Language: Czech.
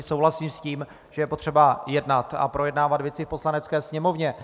Souhlasím s tím, že je potřeba jednat a projednávat věci v Poslanecké sněmovně.